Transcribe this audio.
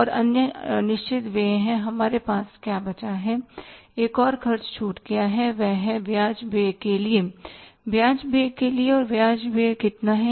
और अन्य निश्चित व्यय है हमारे पास क्या बचा है एक और खर्च छूट गया है और वह है ब्याज व्यय के लिए ब्याज व्यय के लिए और वह ब्याज व्यय कितना है